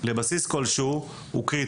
לבסיס הוא קריטי.